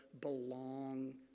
belong